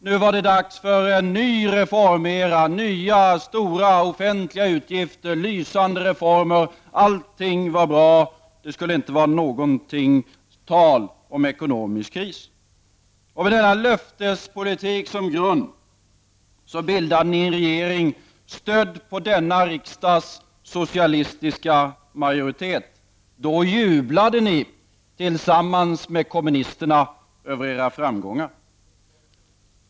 Nu var det dags för en ny reformera, nya stora offentliga utgifter, lysande reformer. Allting var bra. Det skulle inte vara något tal om ekonomisk kris. Med denna löftespolitik som grund bildade ni en regering stödd på denna riksdags socialistiska majoritet. Då jublade ni tillsammans med kommunisterna över era framgångar.